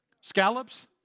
scallops